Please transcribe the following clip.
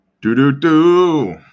Do-do-do